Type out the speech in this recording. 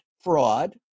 fraud